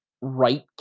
right